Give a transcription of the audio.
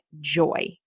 joy